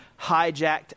hijacked